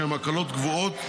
שהן הקלות גבוהות,